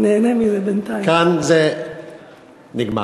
כאן זה נגמר.